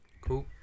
Cool